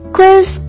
Quiz